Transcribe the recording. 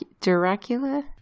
dracula